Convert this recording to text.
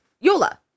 Yola